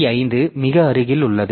65 மிக அருகில் உள்ளது